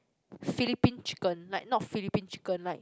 Philippine chicken like not Philippine chicken like